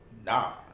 Nah